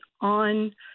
on